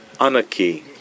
anarchy